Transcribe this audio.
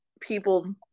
people